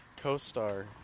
co-star